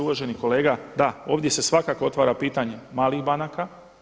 Uvaženi kolega, da, ovdje se svakako otvara pitanje malih banaka.